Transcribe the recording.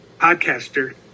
podcaster